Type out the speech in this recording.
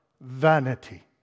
Vanity